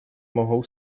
mohou